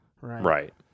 right